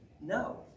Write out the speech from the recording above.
No